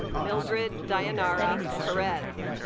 mildred dayanara perez